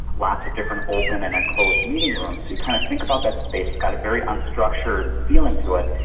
lots of different open and enclosed meeting rooms, so you kind of think about that space, it's got a very unstructured feeling to it,